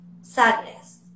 sadness